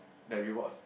that rewards